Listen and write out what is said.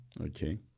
okay